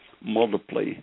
multiply